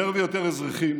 יותר ויותר אזרחים